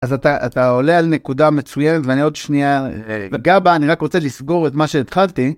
אז אתה עולה על נקודה מצוינת, ואני עוד שנייה אגע בה, אני רק רוצה לסגור את מה שהתחלתי.